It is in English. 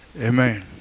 amen